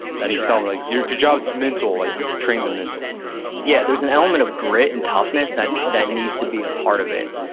you sound like, your job is mental, like train the mental yeah, there's an element of grit and toughness that that needs to be a part of it.